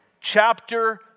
chapter